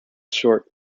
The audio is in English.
short